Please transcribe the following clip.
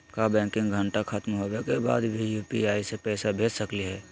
का बैंकिंग घंटा खत्म होवे के बाद भी यू.पी.आई से पैसा भेज सकली हे?